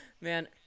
Man